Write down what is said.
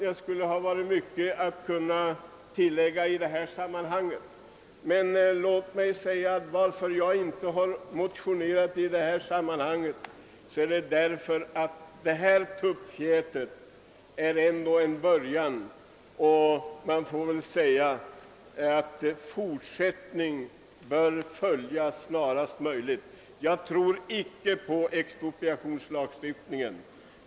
Det kunde vara mycket att tillägga i detta sammanhang, men anledningen till att jag inte har motionerat är att det tuppfjät som det nu framlagda förslaget innebär ändå är en början. En fortsättning bör snarast möjligt följa! Jag tror inte på expropriationslagstiftningen.